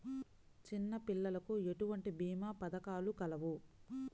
చిన్నపిల్లలకు ఎటువంటి భీమా పథకాలు కలవు?